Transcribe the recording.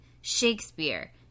Shakespeare